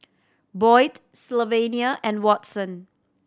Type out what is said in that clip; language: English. Boyd Sylvania and Watson